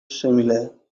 similar